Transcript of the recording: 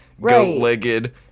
goat-legged